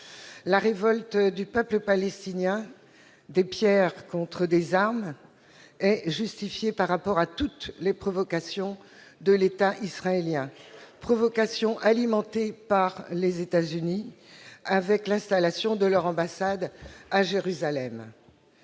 La révolte du peuple de Palestine- des pierres contre des armes-est justifiée au regard de toutes les provocations de l'État israélien, provocations alimentées par les États-Unis, avec l'installation de leur ambassade à Jérusalem.